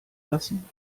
lassen